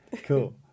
cool